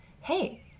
hey